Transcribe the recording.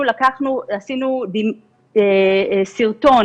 עשינו סרטון,